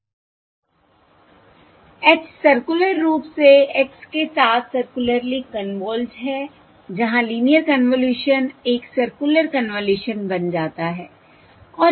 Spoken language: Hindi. h सर्कुलर रूप से x के साथ सर्कुलरली कन्वॉल्वड है जहाँ लीनियर कन्वॉल्यूशन एक सर्कुलर कन्वॉल्यूशन बन जाता है